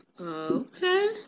Okay